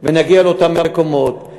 נגיע לאותם מקומות.